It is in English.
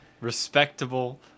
respectable